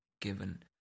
given